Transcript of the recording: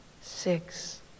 six